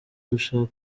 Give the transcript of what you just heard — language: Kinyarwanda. dushaka